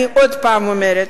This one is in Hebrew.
אני עוד פעם אומרת: